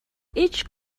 each